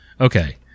Okay